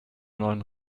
neuen